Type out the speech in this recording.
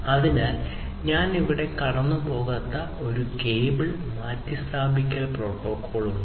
അതിനാൽ ഞാൻ ഇവിടെ കടന്നുപോകാത്ത ഒരു കേബിൾ മാറ്റിസ്ഥാപിക്കൽ പ്രോട്ടോക്കോൾ ഉണ്ട്